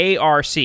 ARC